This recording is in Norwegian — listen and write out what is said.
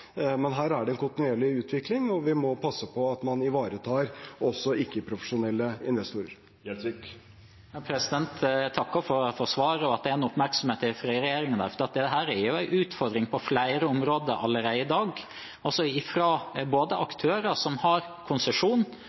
men her er det en kontinuerlig utvikling, og vi må passe på at man ivaretar også ikke-profesjonelle investorer. Jeg takker for svaret og for at det er en oppmerksomhet her i regjeringen. Dette er jo en utfordring på flere områder allerede i dag, både fra aktører som har konsesjon, og som driver virksomhet overfor ikke-profesjonelle aktører, og fra aktører i norske finansmarkeder som ikke har konsesjon,